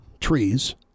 trees